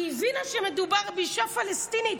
היא הבינה שמדובר באישה פלסטינית,